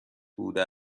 بوده